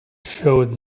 showed